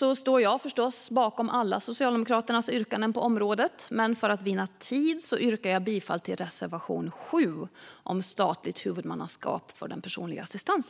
Jag står givetvis bakom alla våra reservationer, men för att vinna tid yrkar jag bifall endast till reservation 7 om statligt huvudmannaskap för personlig assistans.